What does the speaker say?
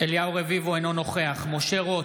אינו נוכח משה רוט,